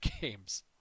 games